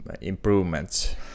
improvements